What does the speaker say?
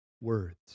words